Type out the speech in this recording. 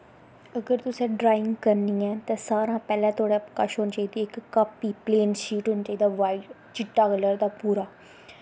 अगर तुसैं ड्राईंग करनी ऐं तां सारैं शा पैह्लैं थोआड़ै कच्छ होनी चाहिदी इक कापी प्लेन शीट होनी चाहीदी वाईट चिट्टा कल्लर दा पूरा